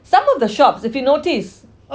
some of the shops if you notice